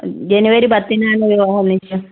ജനുവരി പത്തിനാണ് വിവാഹ നിശ്ചയം